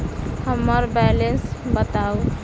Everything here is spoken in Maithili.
हम्मर बैलेंस बताऊ